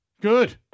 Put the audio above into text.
Good